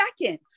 seconds